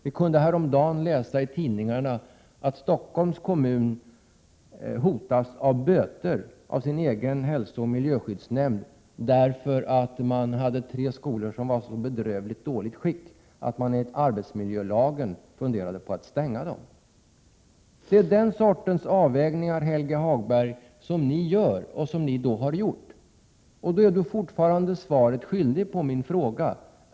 Häromdagen kunde vi läsa i tidningarna att Stockholm hotas av böter av sin egen hälsooch miljöskyddsnämnd, därför att det finns tre skolor i så bedrövligt dåligt skick att man funderade på att stänga dem enligt arbetsmiljölagen. Det är den sortens avvägningar, Helge Hagberg, som ni gör och har gjort. Ni är fortfarande svaret skyldiga på min fråga.